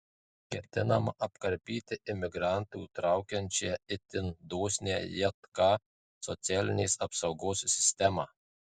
ketinama apkarpyti imigrantus traukiančią itin dosnią jk socialinės apsaugos sistemą